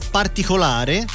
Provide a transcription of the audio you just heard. particolare